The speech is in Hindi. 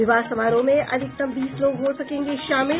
विवाह समारोह में अधिकतम बीस लोग हो सकेंगे शामिल